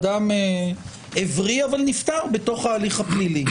אדם הבריא אבל נפטר בתוך ההליך הפלילי.